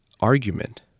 argument